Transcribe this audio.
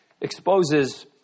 exposes